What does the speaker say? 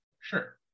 Sure